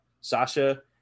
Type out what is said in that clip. Sasha